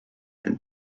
and